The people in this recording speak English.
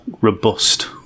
robust